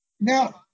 Now